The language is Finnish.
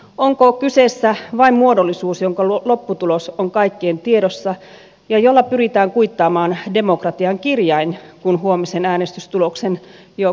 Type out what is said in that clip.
onko kyseessä vain muodollisuus jonka lopputulos on kaikkien tiedossa ja jolla pyritään kuittaamaan demokratian kirjain kun huomisen äänestystuloksen jo kutakuinkin tiedämme